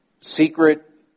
secret